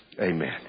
Amen